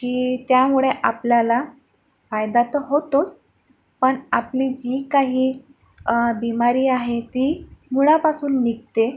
की त्यामुळे आपल्याला फायदा तर होतोच पण आपली जी काही बिमारी आहे ती मुळापासून निघते